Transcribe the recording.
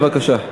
בבקשה.